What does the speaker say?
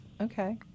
Okay